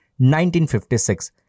1956